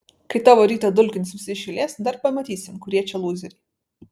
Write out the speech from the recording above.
kai tavo rytą dulkins visi iš eilės tai dar pamatysim kurie čia lūzeriai